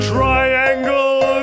Triangle